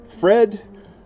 Fred